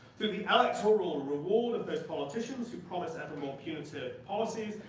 through the electoral reward of those politicians who promise ever more punitive policies,